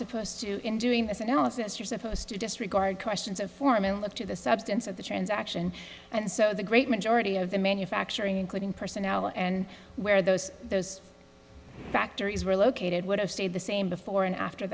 supposed to in doing this analysis you're supposed to disregard questions of form and look to the substance of the transaction and so the great majority of the manufacturing including personnel and where those those factories were located would have stayed the same before and after